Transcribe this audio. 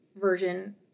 version